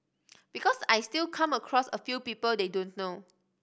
because I still come across a few people they don't know